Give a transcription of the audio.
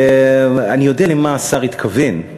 ואני יודע למה השר התכוון.